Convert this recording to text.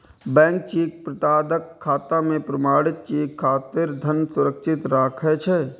bank cheque प्रदाताक खाता मे प्रमाणित चेक खातिर धन सुरक्षित राखै छै